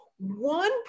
one